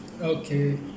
okay